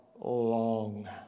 long